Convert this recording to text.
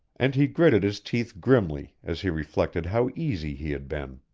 and he gritted his teeth grimly as he reflected how easy he had been.